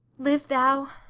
live thou,